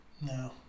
No